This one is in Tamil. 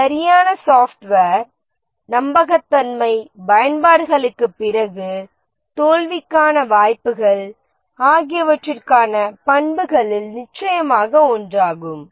ஒரு சரியான சாஃப்ட்வேர் நம்பகத்தன்மை பயன்பாடுகளுக்குப் பிறகு தோல்விக்கான வாய்ப்புகள் ஆகியவற்றிற்கான பண்புகளில் நிச்சயமாக ஒன்றாகும்